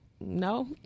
no